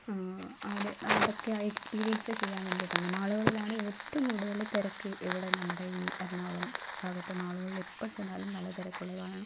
അത് അതൊക്കെ ആ എക്സ്പീരിയൻസ്സ് ചെയ്യാൻ വേണ്ടിയിട്ടാണ് മാള്കളിലാണ് ഏറ്റോം കൂട്തൽ തിരക്ക് ഇവിടെ നമ്മുടെ ഈ എറണാകുളം ഭാഗത്തെ കൂട്തൽ ചെന്നാലും നല്ല തിരക്കുള്ളതാണ്